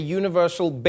universal